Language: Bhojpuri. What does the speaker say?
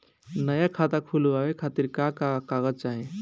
नया खाता खुलवाए खातिर का का कागज चाहीं?